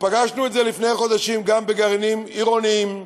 ופגשנו את זה לפני חודשים גם בגרעינים עירוניים.